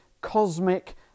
cosmic